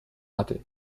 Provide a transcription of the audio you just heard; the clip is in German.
hatte